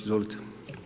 Izvolite.